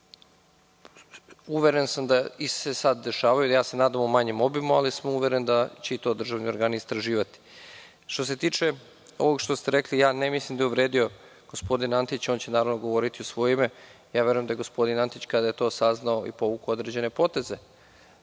sada.)Uveren sam da se i sada dešavaju, nadam se u manjem obimu, ali sam uveren da će i to državni organi istraživati. Što se tiče ovog što ste rekli, ja ne mislim da je uvredio gospodina Antića. On će, naravno, govoriti u svoje ime. Verujem da je gospodin Antić, kada je to saznao, povukao određene poteze